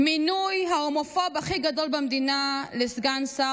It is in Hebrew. מינוי ההומופוב הכי גדול במדינה לסגן שר,